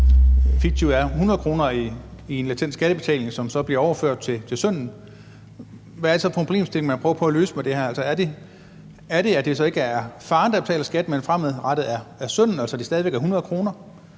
fiktivt er 100 kr. i en latent skattebetaling, som så bliver overført til sønnen, hvad er det så for en problemstilling, man prøver på at løse med det her? Altså, er det, at det så ikke er faren, der betaler skatten, men fremadrettet er sønnen, altså den skat, som stadig væk er 100 kr.?